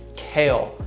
kale,